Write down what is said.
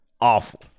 Awful